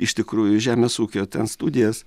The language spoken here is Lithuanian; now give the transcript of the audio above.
iš tikrųjų žemės ūkio ten studijas